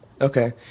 Okay